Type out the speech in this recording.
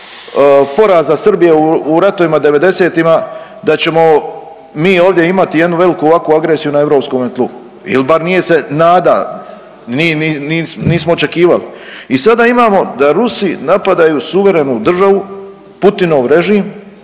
poraza Srbije u ratovima devedesetima da ćemo mi ovdje imati jednu veliku ovakvu agresiju na europskome tlu ili bar nije se nada, nismo očekivali. I sada imamo da Rusi napadaju suverenu državu, Putinov režim